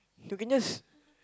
you can just